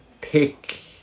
pick